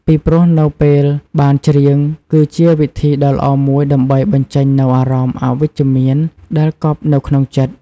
ពីព្រោះ នៅពេលបានច្រៀង គឺជាវិធីដ៏ល្អមួយដើម្បី បញ្ចេញនូវអារម្មណ៍អវិជ្ជមាន ដែលកប់នៅក្នុងចិត្ត។